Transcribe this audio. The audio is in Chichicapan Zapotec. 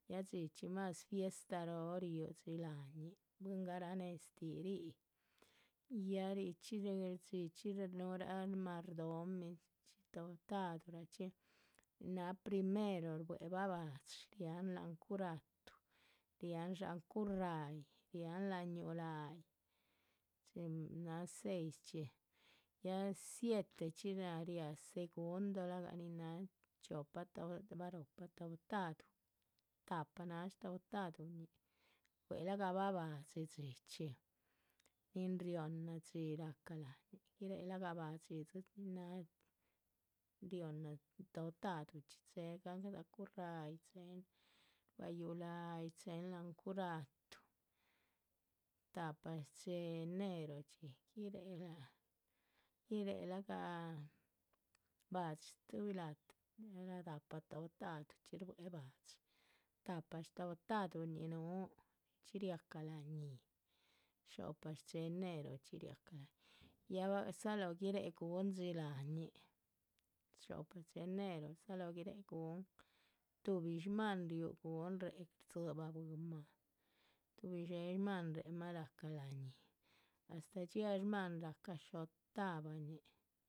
Yah dxíchxi mas fiesta róho riúh bwín garanehztih ríhi ya richxí dxíchxi núhurah mardomih toptaduhurachxi nin náha primero, rbuébah ba´dxi, riáhan láhan curato. riáhan dxáhan curráyih riáhan láhan yúuh la´yih cin náha seischxi ya sietechxi riáha segundo láhgah nin náha chiopa barohpa toptaduh tahpa náha shtoptaduhñih. cuehelagahbah ba´dxi dxichxi nin rióhonah dxí rahcah láhañih, guiréhe lahga ba´dxi nin náha riohnah toptaduhchxi chéhedzan ruá currayih chéhen. ruá yúuh láyih, chéhen láhan curatu, tahpa shdxí enerochxi guiréhe lac gah, ba´dxi stuhubih la´tah, nin radáhpa toptaduh, rbuéhe ba´dxi tahpa shtohoptaduhuñi. núhu dzichxí riácah la´ñi xo´pa shdxíhi enerochxí riáhca la´ni, ya báha dzáhaloho guiréhe gun láhañih, xo´pa dxí enero dzáhaloh guiréhe gun, tuhbi shmáhan riú gun. rdzíhibah bwínmah tuhbi dxéhe shmáhan réhemah ráhca la´ñi astáh dxiáha shmáhan rahca shoctavañih